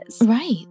Right